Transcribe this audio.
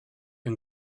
and